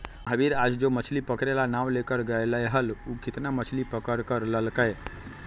महावीर आज जो मछ्ली पकड़े ला नाव लेकर गय लय हल ऊ कितना मछ्ली पकड़ कर लल कय?